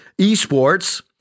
esports